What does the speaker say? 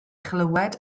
chlywed